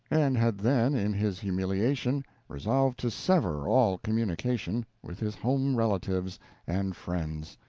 and had then in his humiliation resolved to sever all communication with his home relatives and friends,